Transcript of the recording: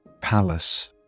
palace